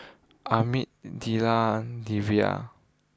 Amit and Devi